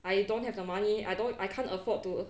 I don't have the money I don't I can't afford to